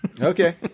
Okay